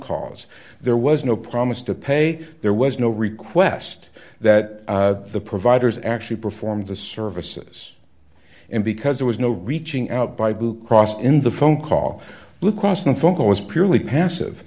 cause there was no promise to pay there was no request that the providers actually perform the services and because there was no reaching out by blue cross in the phone call look across the phone call was purely passive